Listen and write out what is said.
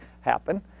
happen